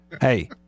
Hey